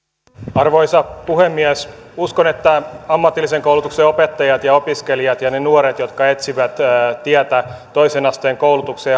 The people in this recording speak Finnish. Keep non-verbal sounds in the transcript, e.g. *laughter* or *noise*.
arvoisa puhemies uskon että ammatillisen koulutuksen opettajat ja opiskelijat ja ne nuoret jotka etsivät tietä toisen asteen koulutukseen *unintelligible*